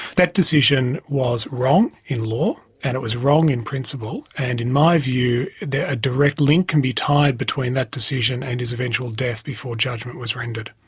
that decision was wrong in law, and it was wrong in principle, and in my view a direct link can be tied between that decision and his eventual death before judgment was rendered.